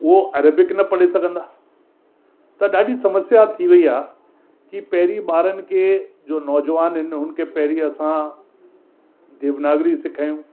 उहो अरेबिक न पढ़ी सघंदा त ॾाढी समस्या थी वयी आहे की पहिरीं ॿारनि खे जो नौजवान आहिनि उन्हनि खे पहिरीं असां देवनागरी सेखारियूं